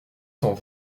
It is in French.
cent